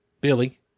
Billy